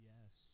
Yes